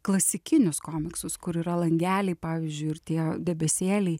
klasikinius komiksus kur yra langeliai pavyzdžiui ir tie debesėliai